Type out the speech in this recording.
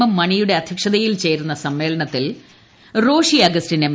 M മണിയുടെ അധ്യക്ഷതയിൽ പേരുന്ന സമ്മേളനത്തിൽ റോഷി അഗസ്റ്റിൻ എം